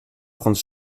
prendre